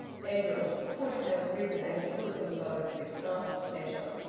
edwin could have risen and killed them both with hearty pleasure.